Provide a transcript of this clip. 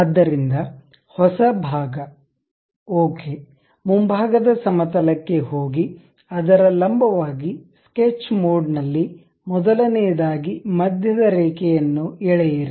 ಆದ್ದರಿಂದ ಹೊಸ ಭಾಗ ಓಕೆ ಮುಂಭಾಗದ ಸಮತಲ ಕ್ಕೆ ಹೋಗಿ ಅದರ ಲಂಬವಾಗಿ ಸ್ಕೆಚ್ ಮೋಡ್ ನಲ್ಲಿ ಮೊದಲನೆಯದಾಗಿ ಮಧ್ಯದ ರೇಖೆಯನ್ನು ಎಳೆಯಿರಿ